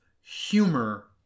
humor